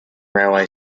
railway